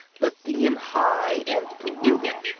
lifted him high and threw him.